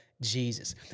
Jesus